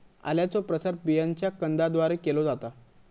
आल्याचो प्रसार बियांच्या कंदाद्वारे केलो जाता